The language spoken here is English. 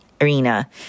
arena